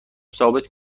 ثابت